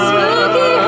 Spooky